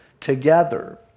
together